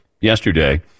yesterday